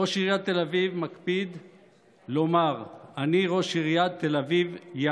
ראש עיריית תל אביב מקפיד לומר: אני ראש עיריית תל אביב-יפו.